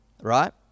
right